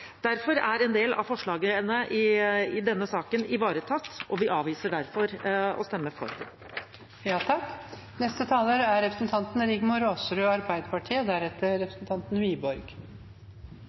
Derfor er en del av forslagene i denne saken ivaretatt, og vi avviser derfor å stemme for. Helt siden de første tiltakene kom på plass i mars, har Arbeiderpartiet